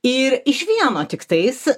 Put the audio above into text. ir iš vieno tiktais